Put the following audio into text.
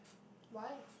why